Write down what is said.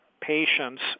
patients